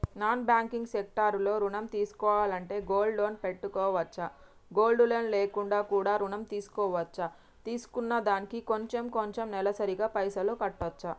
Non banking sector లో ఋణం తీసుకోవాలంటే గోల్డ్ లోన్ పెట్టుకోవచ్చా? గోల్డ్ లోన్ లేకుండా కూడా ఋణం తీసుకోవచ్చా? తీసుకున్న దానికి కొంచెం కొంచెం నెలసరి గా పైసలు కట్టొచ్చా?